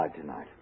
tonight